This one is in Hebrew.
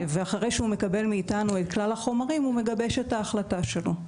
ואחרי שהוא מקבל מאיתנו את כלל החומרים הוא מגבש את ההחלטה שלו.